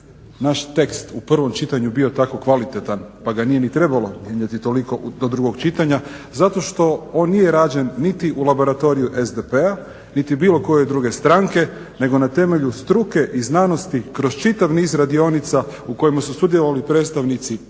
naš tekst u prvom čitanju bio tako kvalitetan pa ga nije ni trebalo iznijeti toliko do drugog čitanja zato što on nije rađen niti u laboratoriju SDP-a, niti bilo koje druge stranke, nego na temelju struke i znanosti kroz čitav niz radionica u kojima su sudjelovali predstavnici